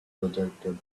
projected